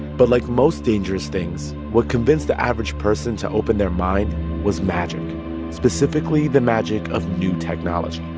but like most dangerous things, what convinced the average person to open their mind was magic specifically, the magic of new technology.